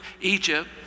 Egypt